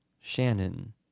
Shannon